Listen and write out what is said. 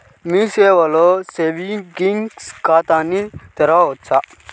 మీ సేవలో సేవింగ్స్ ఖాతాను తెరవవచ్చా?